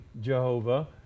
Jehovah